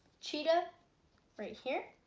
cheetah right here.